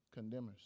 condemners